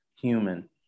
human